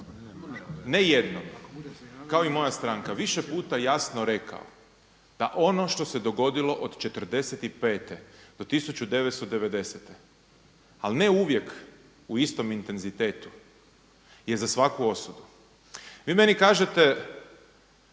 ne jednom kao i moja stranka više puta jasno rekao da ono što se dogodilo od '45. do 1990. ali ne uvijek u istom intenzitetu je za svaku osudu. Vi meni kažete,